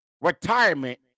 retirement